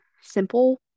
simple